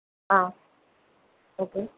ஆ okay